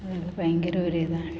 അതാ ഇത് ഭയങ്കര ഒരു ഇതാണ്